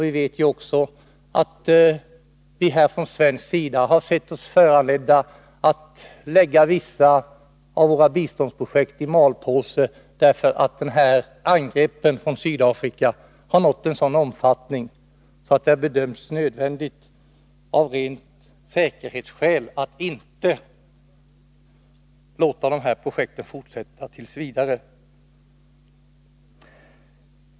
Vi vet också att vi från svensk sida har sett oss föranlåtna att lägga vissa av våra biståndsprojekt i malpåse därför att angreppen från Sydafrika har nått en sådan omfattning att det bedömts nödvändigt att av rena säkerhetsskäl inte låta projekten fortsätta t. v.